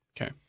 Okay